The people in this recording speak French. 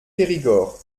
périgord